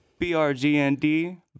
brgnd